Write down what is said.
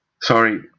sorry